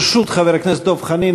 ברשות חבר הכנסת דב חנין,